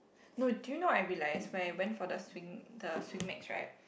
no do you know I realise when I went for the swing the swing max right